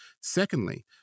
Secondly